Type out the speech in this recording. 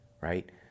right